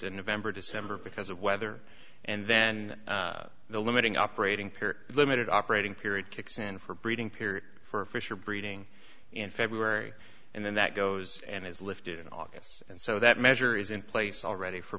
in november december because of weather and then the limiting operating pier limited operating period kicks in for breeding period for fish or breeding in february and then that goes and is lifted in august and so that measure is in place already for